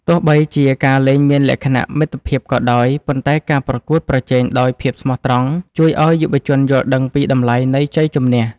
ទោះបីជាការលេងមានលក្ខណៈមិត្តភាពក៏ដោយ ប៉ុន្តែការប្រកួតប្រជែងដោយភាពស្មោះត្រង់ជួយឱ្យយុវជនយល់ដឹងពីតម្លៃនៃជ័យជម្នះ។